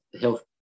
health